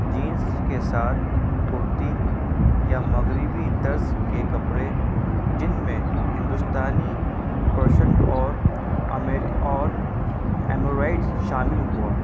jeans کے ساتھ کرتی یا مغربی طرز کے کپڑے جن میں ہندوستانی پرشنگ اور اور ایمرائڈ شامل ہوا